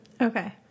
Okay